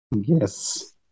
Yes